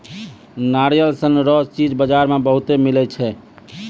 नारियल सन रो चीज बजार मे बहुते मिलै छै